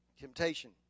Temptation